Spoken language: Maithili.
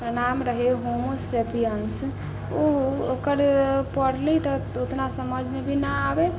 नाम रहै होमो सेपियंस ओ ओकर पढ़ली तऽ उतना समझमे भी ना आबे